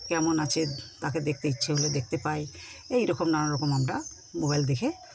কেমন আছে তাকে দেখতে ইচ্ছে হলে দেখতে পাই এই রকম নানা রকম আমরা মোবাইল দেখে